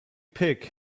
pick